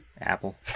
Apple